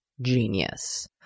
genius